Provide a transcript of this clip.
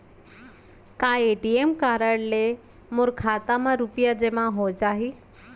का ATM card ले मोर खाता म रुपिया जेमा हो जाही?